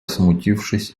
смутившись